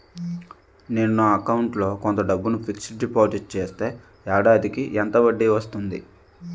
నేను నా అకౌంట్ లో కొంత డబ్బును ఫిక్సడ్ డెపోసిట్ చేస్తే ఏడాదికి ఎంత వడ్డీ వస్తుంది?